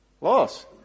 Loss